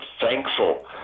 thankful